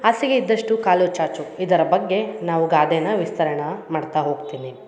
ಹಾಸಿಗೆ ಇದ್ದಷ್ಟು ಕಾಲು ಚಾಚು ಇದರ ಬಗ್ಗೆ ನಾವು ಗಾದೆನ ವಿಸ್ತರಣೆ ಮಾಡ್ತಾ ಹೋಗ್ತೀನಿ